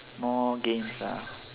more games ah